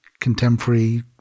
contemporary